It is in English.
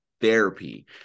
therapy